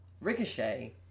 Ricochet